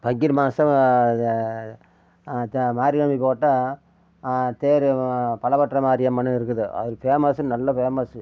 பங்குனி மாசம் த மாரியம்மன் கோயில்கிட்ட தேரு பலப்பட்ற மாரியம்மன் இருக்குது அது ஃபேமஸ் நல்ல ஃபேமஸ்